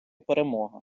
перемога